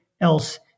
else